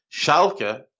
Schalke